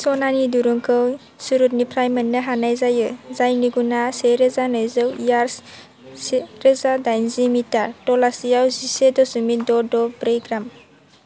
सनानि दुरुंखौ सूरतनिफ्राय मोननो हानाय जायो जायनि गुना सेरोजा नैजौ यार्दस सेरोजा दाइनजि मीटर तलासेआव जिसे दशमिक द' द' ब्रै ग्राम